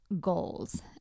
goals